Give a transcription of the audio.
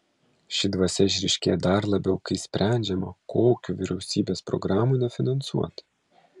ši dvasia išryškėja dar labiau kai sprendžiama kokių vyriausybės programų nefinansuoti